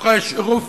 שבתוכה יש רופאים,